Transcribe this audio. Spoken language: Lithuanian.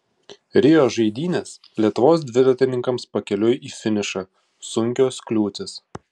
rio žaidynės lietuvos dviratininkams pakeliui į finišą sunkios kliūtys